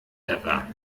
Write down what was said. ever